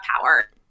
power